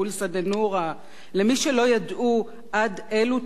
למי שלא ידעו עד אילו תהומות של קנאות